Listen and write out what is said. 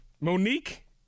Monique